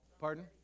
Pardon